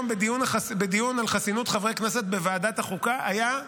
מה שהתרחש היום בדיון על חסינות חברי כנסת בוועדת החוקה היה,